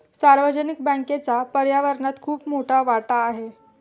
सार्वजनिक बँकेचा पर्यावरणात खूप मोठा वाटा आहे